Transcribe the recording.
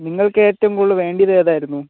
നിങ്ങൾക്ക് ഏറ്റവും കൂടുതൽ വേണ്ടിയിരുന്നത് ഏതായിരുന്നു